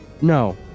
No